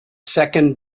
second